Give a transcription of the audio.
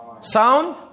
sound